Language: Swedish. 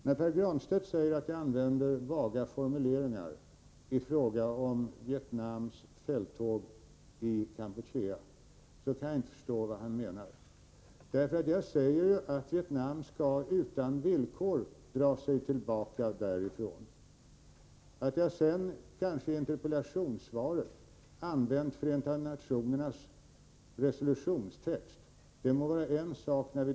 När Pär Granstedt säger att jag använder vaga formuleringar i fråga om Vietnams fälttåg i Kampuchea förstår jag inte vad han menar. Jag säger ju att Vietnam utan villkor skall dra sig tillbaka från Kampuchea. Att jag i det interpellationssvar som ligger till grund för diskussionen här har använt Förenta nationernas resolutionstext må vara en sak.